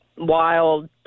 wild